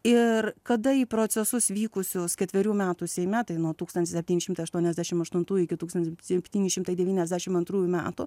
ir kada į procesus vykusius ketverių metų seime tai nuo tūkstantis septyni šimtai aštuoniasdešimt aštuntųjų iki tūkstantis septyni šimtai devyniasdešimt antrųjų metų